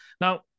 Now